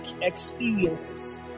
experiences